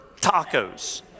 tacos